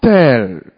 tell